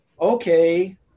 okay